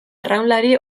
arraunlari